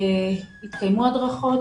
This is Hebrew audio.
התקיימו הדרכות.